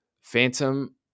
Phantom